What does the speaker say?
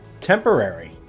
temporary